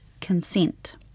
consent